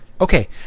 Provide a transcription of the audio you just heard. Okay